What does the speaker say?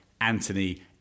Anthony